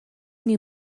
new